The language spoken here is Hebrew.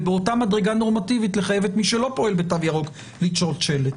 ובאותה מדרגה נורמטיבית לחייב את מי שלא פועל בתו ירוק לתלות שלט.